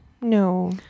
No